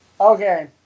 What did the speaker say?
Okay